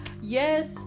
yes